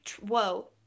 whoa